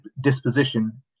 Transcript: disposition